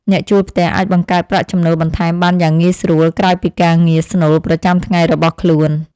អ្នកជួលផ្ទះអាចបង្កើតប្រាក់ចំណូលបន្ថែមបានយ៉ាងងាយស្រួលក្រៅពីការងារស្នូលប្រចាំថ្ងៃរបស់ខ្លួន។